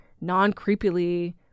non-creepily